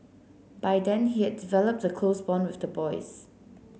by then he had developed the close bond with the boys